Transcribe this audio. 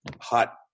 hot